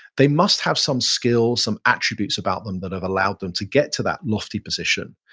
they must have some skill, some attributes about them that have allowed them to get to that lofty position.